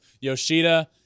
Yoshida